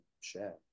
share